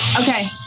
okay